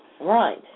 Right